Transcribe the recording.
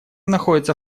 находятся